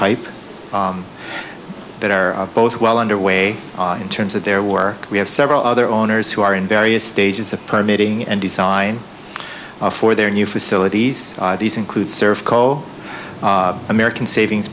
pipe that are both well underway in terms of their work we have several other owners who are in various stages of permitting and design for their new facilities these include serve co american savings